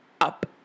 up